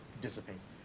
dissipates